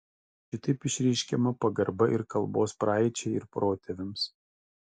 šitaip išreiškiama pagarba ir kalbos praeičiai ir protėviams